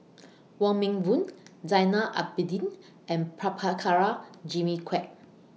Wong Meng Voon Zainal Abidin and Prabhakara Jimmy Quek